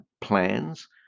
plans